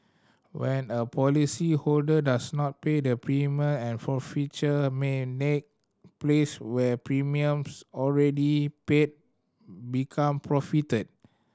when a policyholder does not pay the premium and forfeiture may place where premiums already paid become forfeited